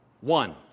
One